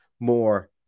More